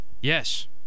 Yes